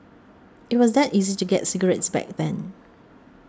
it was that easy to get cigarettes back then